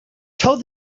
told